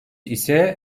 ise